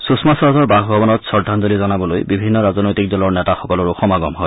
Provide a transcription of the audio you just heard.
সুষমা স্বৰাজৰ বাসভৱনত শ্ৰদ্ধাঞ্জলি জনাবলৈ বিভিন্ন ৰাজনৈতিক দলৰ নেতাসকলৰো সমাগম হয়